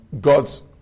God's